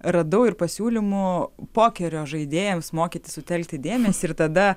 radau ir pasiūlymų pokerio žaidėjams mokytis sutelkti dėmesį ir tada